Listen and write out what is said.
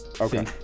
Okay